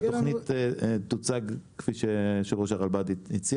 התוכנית תוצג כפי שראש הרלב"ד הציע.